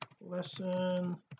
lesson